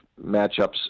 matchups